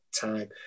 time